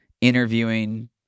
interviewing